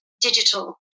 digital